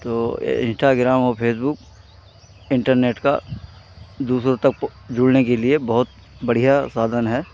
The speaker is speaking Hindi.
तो यह इन्स्टाग्राम और फेसबुक इन्टरनेट का दूर दूर तक जुड़ने के लिए बहुत बढ़ियाँ साधन है